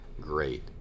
great